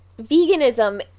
veganism